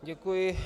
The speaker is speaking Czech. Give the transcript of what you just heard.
Děkuji.